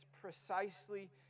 precisely